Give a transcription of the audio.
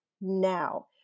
now